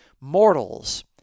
mortals